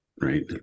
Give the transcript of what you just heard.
Right